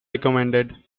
recommended